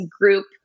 group